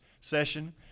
session